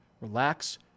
relax